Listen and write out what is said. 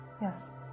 Yes